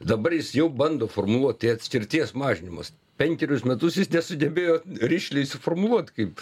dabar jis jau bando formuluot tai atskirties mažinimas penkerius metus jis nesugebėjo rišliai suformuluot kaip